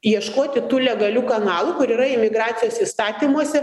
ieškoti tų legalių kanalų kur yra imigracijos įstatymuose